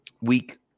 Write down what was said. week